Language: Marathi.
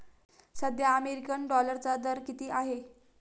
सध्या अमेरिकन डॉलरचा दर किती आहे?